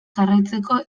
jarraitzeko